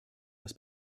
das